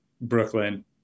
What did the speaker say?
Brooklyn